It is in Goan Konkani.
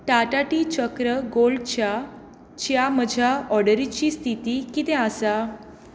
टाटा टी चक्र गोल्डच्या च्या म्हज्या ऑर्डरीची स्थिती किदें आसा